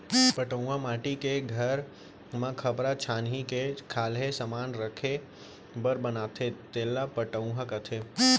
पटउहॉं माटी के घर म खपरा छानही के खाल्हे समान राखे बर बनाथे तेला पटउहॉं कथें